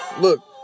Look